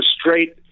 straight